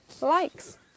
likes